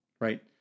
right